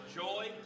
joy